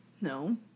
No